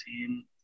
team